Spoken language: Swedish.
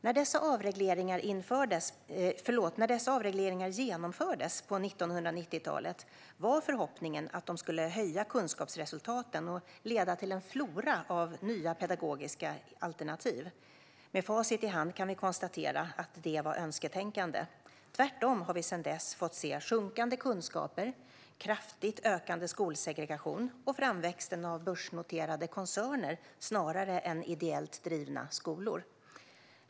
När avregleringarna genomfördes på 1990-talet var förhoppningen att de skulle leda till höjda kunskapsresultat och till en flora av nya pedagogiska alternativ. Med facit i hand kan vi konstatera att det var önsketänkande. Sedan dess har vi tvärtom fått se sjunkande kunskaper, kraftigt ökande skolsegregation och framväxten av börsnoterade koncerner snarare än ideellt drivna skolor.